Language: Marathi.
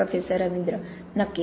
प्रोफेसर रवींद्र नक्कीच